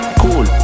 cool